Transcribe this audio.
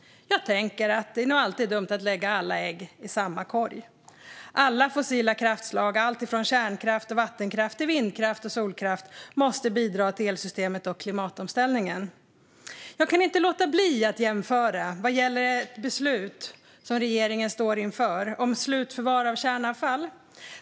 Jag tänker att det nog alltid är dumt att lägga alla ägg i samma korg. Alla fossila kraftslag - från kärnkraft till vattenkraft, vindkraft och solkraft - måste bidra till elsystemet och klimatomställningen. Jag kan inte låta bli att jämföra med ett beslut som regeringen står inför gällande ett slutförvar för kärnavfall.